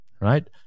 right